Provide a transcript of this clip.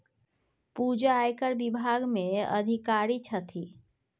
पूजा आयकर विभाग मे अधिकारी छथि